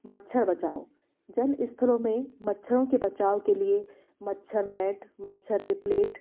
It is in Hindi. मच्छर बचाओ जलस्थलो में मच्छरों के बचाव के लिए मच्छर नेट मच्छर रिप्लेट